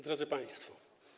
Drodzy Państwo!